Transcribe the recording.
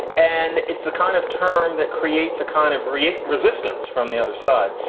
and it's the kind of term that creates a kind of rehak resistance from the other side,